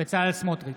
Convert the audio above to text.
בצלאל סמוטריץ'